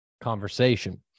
conversation